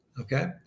Okay